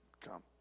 come